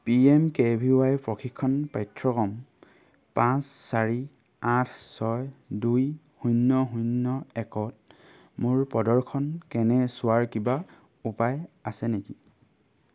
P M K V Y প্ৰশিক্ষণ পাঠ্যক্ৰম পাঁচ চাৰি আঠ ছয় দুই শূন্য শূন্য একত মোৰ প্ৰদৰ্শন কেনে চোৱাৰ কিবা উপায় আছে নেকি